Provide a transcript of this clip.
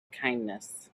kindness